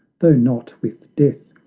tho' not with death,